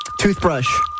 Toothbrush